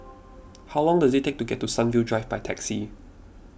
how long does it take to get to Sunview Drive by taxi